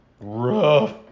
rough